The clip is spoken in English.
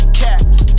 caps